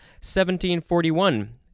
1741